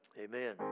Amen